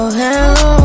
hello